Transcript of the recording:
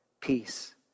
peace